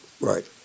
Right